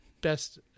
best